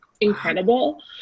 incredible